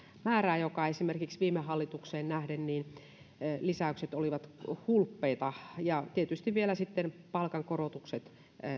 määrää jossa esimerkiksi viime hallitukseen nähden lisäykset olivat hulppeita ja tietysti vielä sitten palkankorotukset